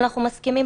אנחנו מסכימים,